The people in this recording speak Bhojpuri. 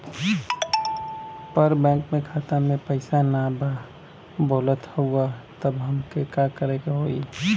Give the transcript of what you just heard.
पर बैंक मे खाता मे पयीसा ना बा बोलत हउँव तब हमके का करे के होहीं?